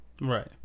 right